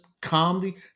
calmly